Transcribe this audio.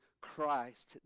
Christ